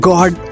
God